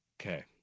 Okay